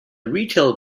retail